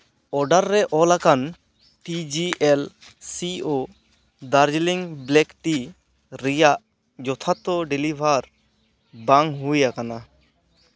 order ᱨᱮ ᱚᱞ ᱟᱠᱟᱱ T G L C O Darjeeling black tea ᱨᱮᱭᱟᱜ ᱡᱚᱛᱷᱟᱛ ᱰᱮᱞᱤᱵᱷᱟᱨ ᱵᱟᱝ ᱦᱩᱭ ᱟᱠᱟᱱᱟ